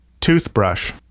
Toothbrush